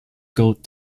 gould